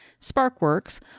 Sparkworks